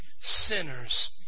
sinners